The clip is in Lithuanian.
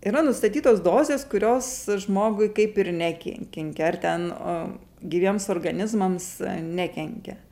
yra nustatytos dozės kurios žmogui kaip ir nekinkenkia ar ten gyviems organizmams nekenkia